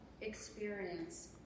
experience